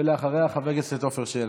ואחריה, חבר הכנסת עפר שלח.